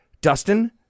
Dustin